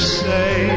say